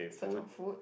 splurge on food